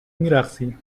میرقصی